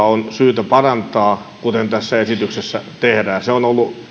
on syytä parantaa kuten tässä esityksessä tehdään